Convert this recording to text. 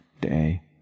day